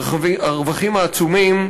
הרווחים העצומים,